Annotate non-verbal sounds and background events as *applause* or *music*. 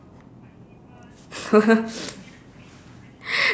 *laughs*